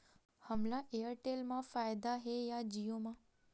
हमला एयरटेल मा फ़ायदा हे या जिओ मा?